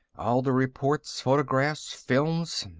all the reports, photographs, films,